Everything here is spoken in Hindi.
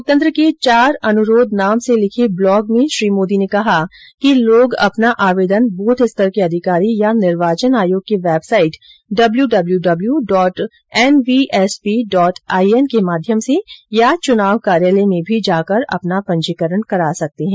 लोकतंत्र के चार अनुरोध नाम से लिखे ब्लॉग में श्री मोदी ने कहा कि लोग अपना आवेदन ब्रथ स्तर के अधिकारी या निर्वाचन आयोग की website W W dot N V S P dot I N के माध्यम से या चुनाव कार्यालय में भी जाकर अपना पंजीकरण करा सकते हैं